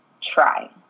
try